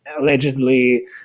allegedly